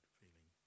feeling